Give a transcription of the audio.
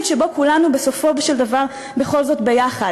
שבו כולנו בסופו של דבר בכל זאת ביחד?